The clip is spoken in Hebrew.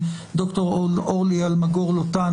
ולאורלי אלמגור לוטן,